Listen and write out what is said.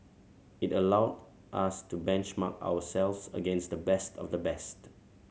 it allowed us to benchmark ourselves against the best of the best